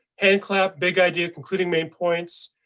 hand clap big idea, concluding main points.